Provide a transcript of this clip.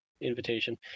invitation